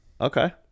okay